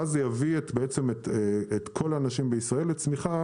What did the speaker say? ואז זה יביא את כל האנשים בישראל לתמיכה